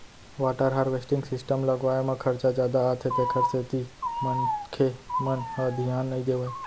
water harvesting system लगवाए म खरचा जादा आथे तेखर सेती मनखे मन ह धियान नइ देवय